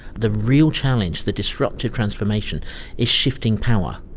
the real challenge, the disruptive transformation is shifting power.